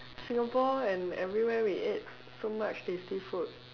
Singapore and everywhere we eat so much tasty food